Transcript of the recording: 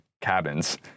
cabins